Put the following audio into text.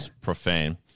profane